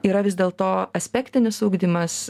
yra vis dėlto aspektinis ugdymas